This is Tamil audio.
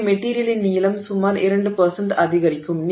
எனவே மெட்டிரியலின் நீளம் சுமார் 2 அதிகரிக்கும்